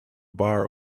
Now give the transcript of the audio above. bar